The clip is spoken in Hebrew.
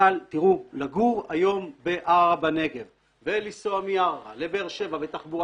אבל לגור היום בערערה בנגב ולנסוע מערערה לבאר שבע בתחבורה